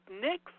Nick